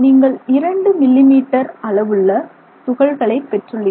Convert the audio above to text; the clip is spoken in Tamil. நீங்கள் 2 மில்லி மீட்டர் அளவுள்ள துகள்களை பெற்றுள்ளீர்கள்